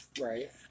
Right